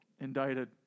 Indicted